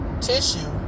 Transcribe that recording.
tissue